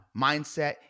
mindset